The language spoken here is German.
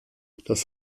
das